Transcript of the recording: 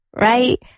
right